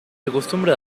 acostumbra